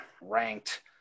ranked